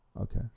Okay